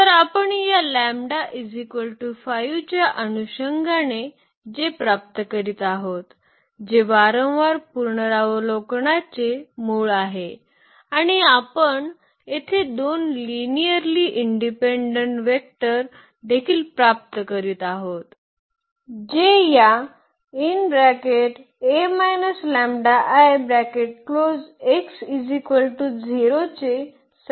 तर आपण या λ 5 च्या अनुषंगाने जे प्राप्त करीत आहोत जे वारंवार पुनरावलोकनाचे मूळ आहे आणि आपण येथे दोन लिनिअर्ली इंडिपेंडंट वेक्टर देखील प्राप्त करीत आहोत जे या चे समाधान करतात